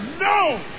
No